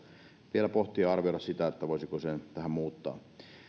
vielä pohtia ja arvioida sitä voisiko sen tähän muuttaa